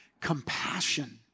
compassion